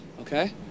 Okay